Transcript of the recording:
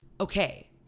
Okay